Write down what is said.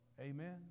Amen